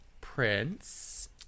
Prince